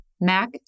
Mac